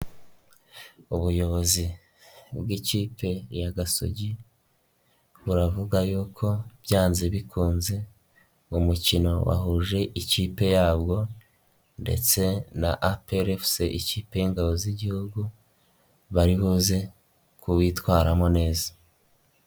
Ubuyobozi bw'ikipe ya Gasogi buravuga y'uko byanze bikunze mu umukino wahuje ikipe yabwo ndetse na APR FC ikipe y'Ingabo z'igihugu bari buze kuwitwaramo neza.